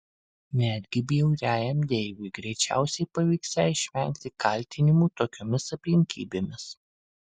netgi bjauriajam deivui greičiausiai pavyksią išvengti kaltinimų tokiomis aplinkybėmis